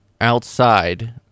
outside